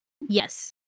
Yes